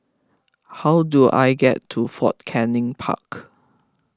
how do I get to Fort Canning Park